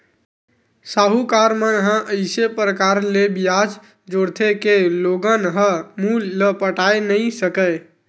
साहूकार मन ह अइसे परकार ले बियाज जोरथे के लोगन ह मूल ल पटाए नइ सकय